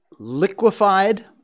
liquefied